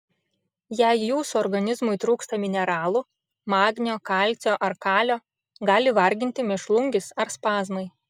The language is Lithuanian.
jei jūsų organizmui trūksta mineralų magnio kalcio ar kalio gali varginti mėšlungis ar spazmai